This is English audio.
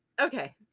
Okay